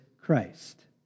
Christ